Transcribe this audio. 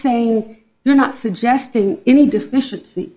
saying you're not suggesting any deficiency